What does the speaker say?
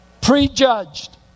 Prejudged